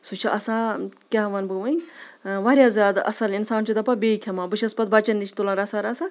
سُہ چھِ آسان کیا وَنہٕ بہٕ وۄنۍ واریاہ زیادٕ اَصٕل اِنسان چھُ دَپان بیٚیہِ کھٮ۪مہ بہٕ چھس پَتہٕ بَچَن نِش تُلان رَژھا رَژھا